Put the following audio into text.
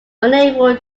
unable